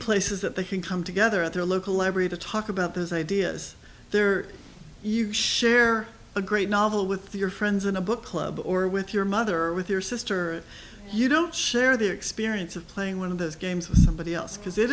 places that they can come together at their local library to talk about those ideas their you share a great novel with your friends in a book club or with your mother or with your sister you don't share the experience of playing one of those games with somebody else because it